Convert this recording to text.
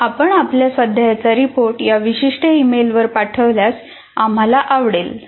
जर आपण आपल्या स्वाध्यायाचा रिपोर्ट या विशिष्ट ईमेलवर पाठवल्यास आम्हाला आवडेल